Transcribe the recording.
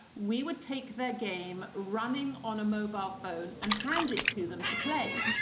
we would take their game running on a mobile phone and hand it to them to play.